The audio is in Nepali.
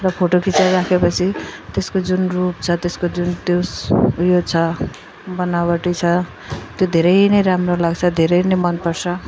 र फोटो खिचाइराखे पछि त्यसको जुन रूप छ त्यसको जुन त्यो उयो छ बनावटी छ त्यो धेरै नै राम्रो लाग्छ धेरै नै मन पर्छ